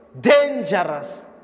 dangerous